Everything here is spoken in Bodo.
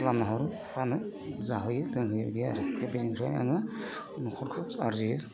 खालामनो हाबाबो फाहामो जाहोयो लोंहोयो बिदि आरो बेनिफ्राय आङो न'खरखौ आरजियो